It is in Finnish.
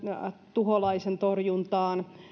tuholaisentorjuntaan